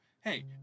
Hey